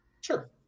Sure